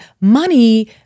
money